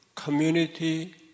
Community